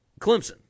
Clemson